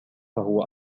فهو